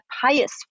pious